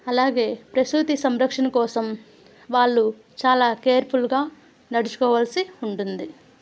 అలాగే ప్రసూతి సంరక్షణ కోసం వాళ్ళు చాలా కేర్ఫుల్గా నడుచుకోవాల్సి ఉంటుంది